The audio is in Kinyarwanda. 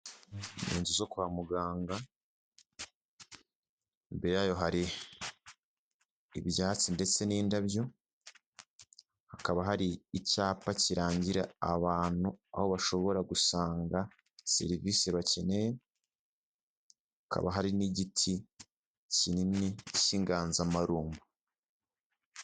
Inzu zo kwa muganga imbere yayo hari ibyatsi ndetse n'indabyo, hakaba hari icyapa kirangira abantu aho bashobora gusanga serivisi bakeneye, hakaba hari n'igiti kinini cy'inganzamarumbo.